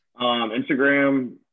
Instagram